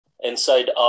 inside